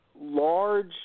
large